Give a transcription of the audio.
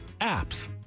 APPS